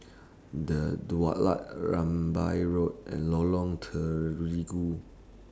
The Daulat Rambai Road and Lorong Terigu